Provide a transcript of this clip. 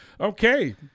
okay